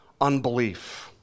unbelief